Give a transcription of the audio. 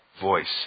voice